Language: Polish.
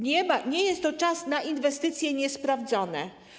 Nie jest to czas na inwestycje niesprawdzone.